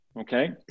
okay